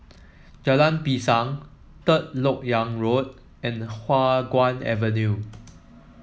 Jalan Pisang Third LoK Yang Road and Hua Guan Avenue